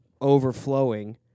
overflowing